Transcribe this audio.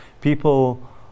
People